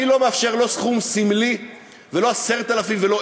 אני לא מאפשר לא מספר סמלי ולא 10,000 ולא